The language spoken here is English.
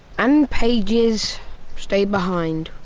and paiges stay behind.